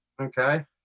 Okay